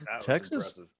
Texas